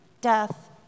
death